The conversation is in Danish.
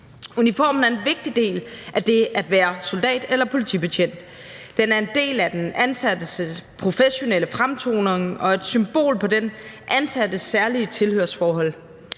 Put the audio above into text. Uniform er en vigtig del af det at være soldat eller politibetjent. Den er en del af den ansattes professionelle fremtoning og et symbol på den ansattes særlige tilhørsforhold.